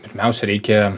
pirmiausia reikia